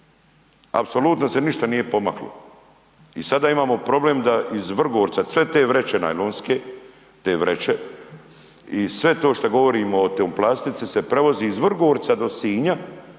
Apsolutno se ništa nije pomaklo. I sada imamo problem da uz Vrgorca sve te vreće najlonske, te vreće i se to što govorimo o toj plastici se prevozi iz Vrgorca do Sinja,